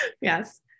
Yes